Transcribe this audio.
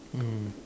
mm